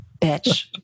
bitch